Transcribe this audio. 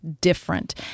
different